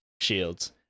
shields